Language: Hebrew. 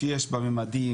שיש בה מימדים,